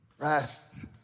Rest